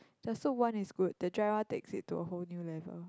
the soup one is good the dry one takes it to a whole new level